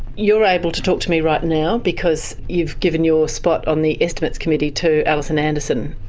you're able to talk to me right now because you've given your spot on the estimates committee to alison anderson.